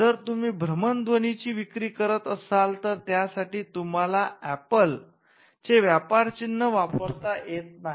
जर तुम्ही भ्रमणध्वनीची विक्री करत असाल तर त्यासाठी तुम्ही एप्पल चे व्यापार चिन्ह वापरू शकत नाही